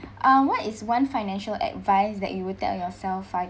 uh what is one financial advice that you would tell yourself five